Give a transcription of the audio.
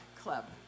club